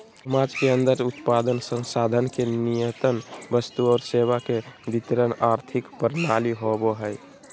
समाज के अन्दर उत्पादन, संसाधन के नियतन वस्तु और सेवा के वितरण आर्थिक प्रणाली होवो हइ